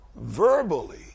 verbally